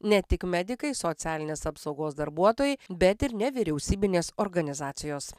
ne tik medikai socialinės apsaugos darbuotojai bet ir nevyriausybinės organizacijos